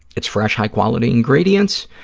it's fresh, high-quality ingredients.